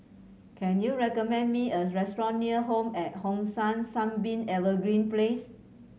can you recommend me a restaurant near Home at Hong San Sunbeam Evergreen Place